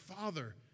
Father